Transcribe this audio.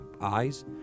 eyes